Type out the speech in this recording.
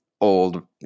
old